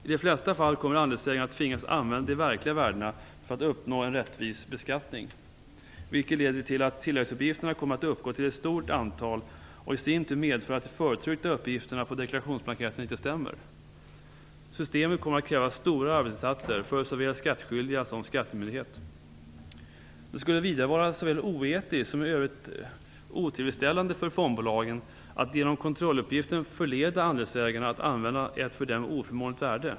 I de flesta fall kommer andelsägaren att tvingas använda de verkliga värdena för att uppnå en rättvis beskattning, vilket leder till att tilläggsuppgifterna kommer att uppgå till ett stort antal och i sin tur medföra att de förtryckta uppgifterna på deklarationsblanketten inte stämmer. Systemet kommer att kräva stora arbetsinsatser för såväl skattskyldiga som skattemyndighet. Det skulle vidare vara såväl oetiskt som i övrigt otillfredsställande för fondbolagen att genom kontrolluppgiften förleda andelsägarna att använda ett för dem oförmånligt värde.